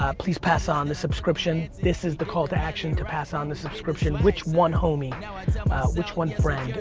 ah please pass on the subscription. this is the call to action to pass on the subscription. which one hommie? you know and so um um which one friend?